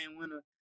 winner